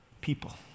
people